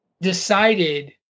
decided